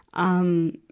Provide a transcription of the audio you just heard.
um,